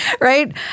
right